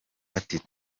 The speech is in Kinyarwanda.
ati